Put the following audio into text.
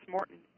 Morton